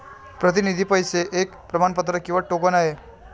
प्रतिनिधी पैसे एक प्रमाणपत्र किंवा टोकन आहे